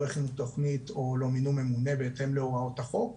לא הכינו תכנית או לא מינו ממונה בהתאם להוראות החוק.